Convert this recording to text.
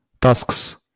tasks